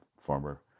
former